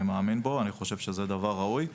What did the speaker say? אני מאמין בו, אני חושב שזה דבר ראוי.